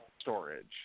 storage